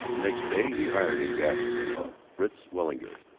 next day he hired in graff's place fritz weilinger,